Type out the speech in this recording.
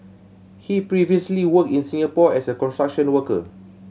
he previously worked in Singapore as a construction worker